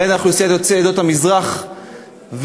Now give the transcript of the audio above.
בין אוכלוסיית יוצאי עדות המזרח והאשכנזים.